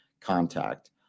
contact